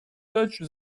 touch